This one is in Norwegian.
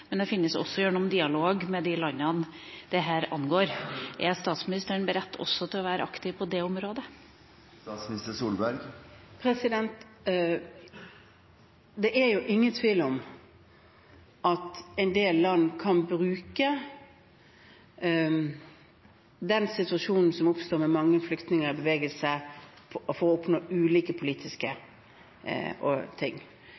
gjennom fredsarbeid og gjennom dialog med de landene dette angår. Er statsministeren beredt til å være aktiv også på det området? Det er ingen tvil om at en del land kan bruke den situasjonen som oppstår med mange flyktninger i bevegelse, til å oppnå ulike politiske ting.